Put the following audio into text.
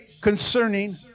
concerning